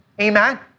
Amen